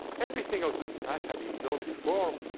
everything i was looking at had been known before.